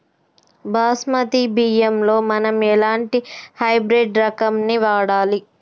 బాస్మతి బియ్యంలో మనం ఎలాంటి హైబ్రిడ్ రకం ని వాడాలి?